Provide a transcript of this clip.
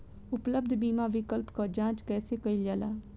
उपलब्ध बीमा विकल्प क जांच कैसे कइल जाला?